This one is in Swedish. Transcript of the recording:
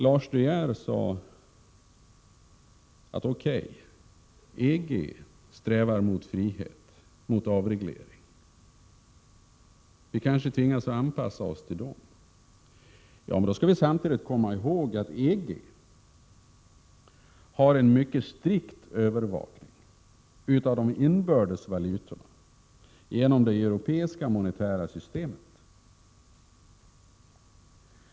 Lars De Geer sade att EG strävar mot frihet, mot avreglering och att vi kanske tvingas anpassa oss till EG-länderna. Då skall vi samtidigt komma ihåg att EG har en mycket strikt övervakning av de inbördes valutorna genom det europeiska monetära systemet.